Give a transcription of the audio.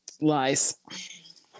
Lies